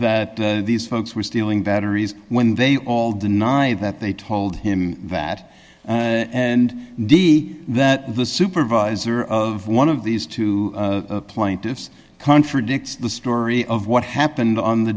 that these folks were stealing batteries when they all deny that they told him that and de that the supervisor of one of these two plaintiffs contradicts the story of what happened on the